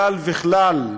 כלל וכלל,